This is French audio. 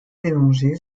évangiles